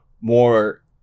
more